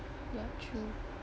ya true